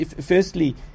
firstly